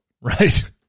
right